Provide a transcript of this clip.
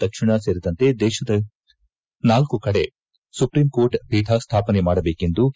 ದಕ್ಷಿಣ ಸೇರಿದಂತೆ ದೇಶದ ನಾಲ್ಕ ಕಡೆ ಸುಪ್ರೀಂ ಕೋರ್ಟ್ ಪೀಠ ಸ್ಥಾಪನೆ ಮಾಡಬೇಕೆಂದು ಕೆ